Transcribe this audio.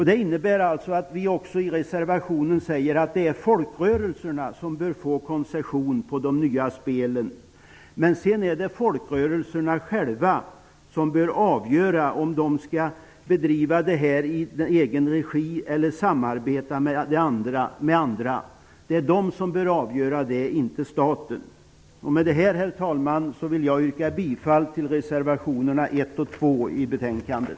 Det innebär att vi också i reservationen säger att det är folkrörelserna som bör få koncession på de nya spelen, men sedan är det folkrörelserna själva som bör avgöra om de skall bedriva verksamheten i egen regi eller samarbeta med andra. Det är de som bör avgöra detta, inte staten. Med detta, herr talman, vill jag yrka bifall till reservationerna 1 och 2 i betänkandet.